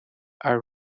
are